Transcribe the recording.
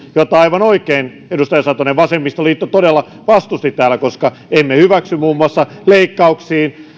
jota aivan oikein edustaja satonen vasemmistoliitto todella vastusti täällä koska emme hyväksy muun muassa leikkauksia